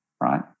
right